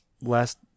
Last